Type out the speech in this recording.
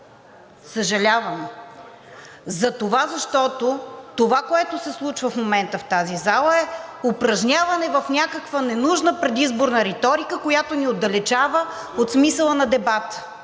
Съжалявам затова, защото това, което се случва в момента в тази зала, е упражняване в някаква ненужна предизборна реторика, която ни отдалечава от смисъла на дебата,